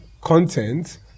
content